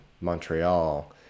Montreal